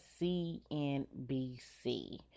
CNBC